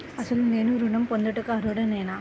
అసలు నేను ఋణం పొందుటకు అర్హుడనేన?